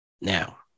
now